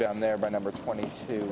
down there by number twenty two